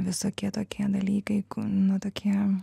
visokie tokie dalykai nu tokie